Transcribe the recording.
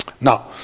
Now